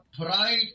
pride